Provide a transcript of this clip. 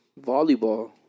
volleyball